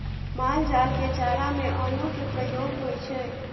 माल जाल के चारा में अन्नो के प्रयोग होइ छइ